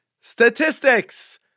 statistics